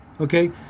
Okay